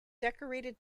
decorated